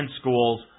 schools